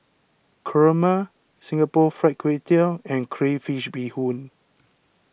Kurma Singapore Fried Kway Tiao and Crayfish BeeHoon